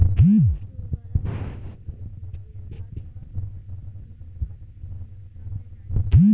जमीन के उर्वारा शक्ति कम हो गेल बा तऽ बताईं कि कवन खाद केतना मत्रा में डालि?